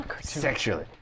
Sexually